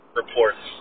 reports